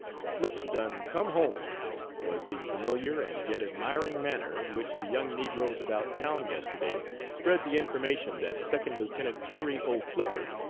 flip's done come home was the familiar, and yet admiring manner in which the young negroes about town yesterday spread the information that second lieutenant henry o. flipper,